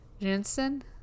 Jensen